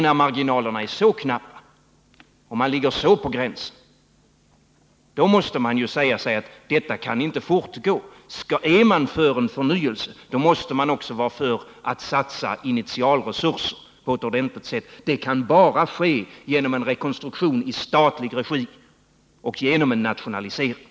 När marginalerna är så knappa och företagets ekonomi ligger så på gränsen måste man säga sig att det hela inte kan fortgå. Är man för en förnyelse, måste man också vara för en satsning av initialresurser på ett ordentligt sätt. Det kan bara ske genom en rekonstruktion av företaget i statlig regi och genom en nationalisering.